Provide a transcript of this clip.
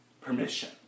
permission